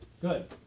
good